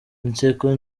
inseko